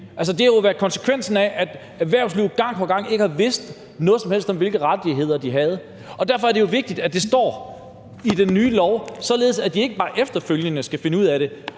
det er jo konsekvensen af, at erhvervslivet gang på gang ikke har vidst noget som helst om, hvilke rettigheder de havde. Og derfor er det jo vigtigt, at det står i den nye lov, således at de ikke bare efterfølgende skal finde ud af det.